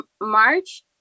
March